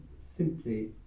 simply